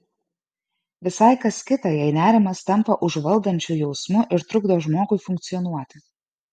visai kas kita jei nerimas tampa užvaldančiu jausmu ir trukdo žmogui funkcionuoti